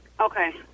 Okay